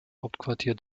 hauptquartier